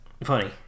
Funny